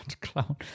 clown